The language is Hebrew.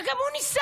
וגם הוא ניסה,